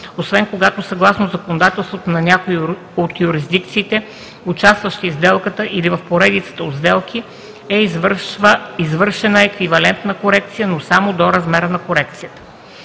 освен когато съгласно законодателството на някоя от юрисдикциите, участващи в сделката или в поредицата от сделки, е извършена еквивалентна корекция, но само до размера на корекцията.